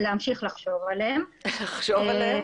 להמשיך לחשוב עליהם -- לחשוב עליהם?!